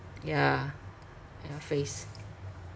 yeah ya face